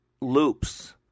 loops